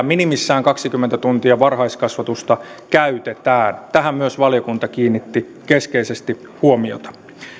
minimissään kaksikymmentä tuntia varhaiskasvatusta käytetään tähän myös valiokunta kiinnitti keskeisesti huomiota